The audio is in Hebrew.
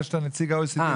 בגלל שאתה נציג ה-OECD,